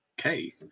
Okay